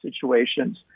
situations